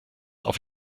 auf